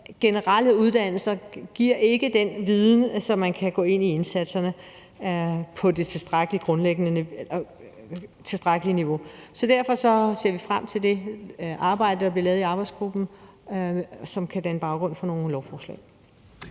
Generelle uddannelser giver ikke den viden, så man kan gå ind i indsatserne på det tilstrækkelige niveau. Derfor ser vi frem til det arbejde, der vil blive lavet i arbejdsgruppen, og som kan danne baggrund for nogle lovforslag.